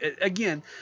again